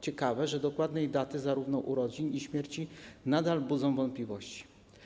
Ciekawe, że dokładne daty zarówno urodzin, jak i śmierci nadal budzą wątpliwości.